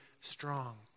strong